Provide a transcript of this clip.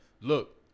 look